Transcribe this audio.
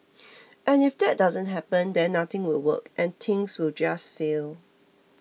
and if that doesn't happen then nothing will work and things will just fail